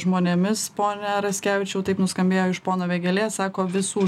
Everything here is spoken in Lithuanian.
žmonėmis pone raskevičiau taip nuskambėjo iš pono vėgėlės sako visų